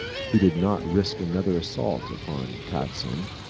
he did not risk another assault upon taitsan,